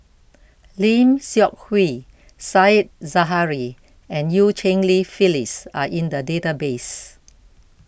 Lim Seok Hui Said Zahari and Eu Cheng Li Phyllis are in the database